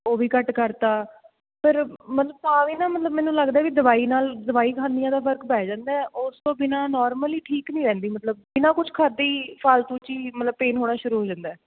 ਉਹ ਵੀ ਘੱਟ ਕਰਤਾ ਪਰ ਮਤਲਬ ਤਾਂ ਵੀ ਨਾ ਮਤਲਬ ਮੈਨੂੰ ਲੱਗਦਾ ਵੀ ਦਵਾਈ ਨਾਲ ਦਵਾਈ ਖਾਂਦੀ ਹਾਂ ਤਾਂ ਫ਼ਰਕ ਪੈ ਜਾਂਦਾ ਹੈ ਉਸ ਤੋਂ ਬਿਨਾਂ ਨੋਰਮਲੀ ਠੀਕ ਨਹੀਂ ਰਹਿੰਦੀ ਮਤਲਬ ਬਿਨਾਂ ਕੁਛ ਖਾਧੇ ਹੀ ਫਾਲਤੂ 'ਚ ਹੀ ਮਤਲਬ ਪੇਨ ਹੋਣਾ ਸ਼ੁਰੂ ਹੋ ਜਾਂਦਾ